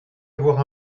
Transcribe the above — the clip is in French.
avoir